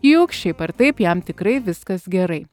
juk šiaip ar taip jam tikrai viskas gerai